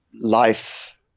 life